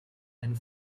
and